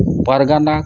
ᱯᱟᱨᱜᱟᱱᱟ